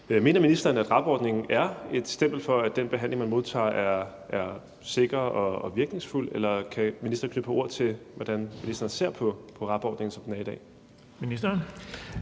Mener ministeren, at RAB-ordningen giver et stempel for, at den behandling, man modtager, er sikker og virkningsfuld, eller kan ministeren knytte et par ord til, hvordan ministeren ser på RAB-ordningen, som den er i dag?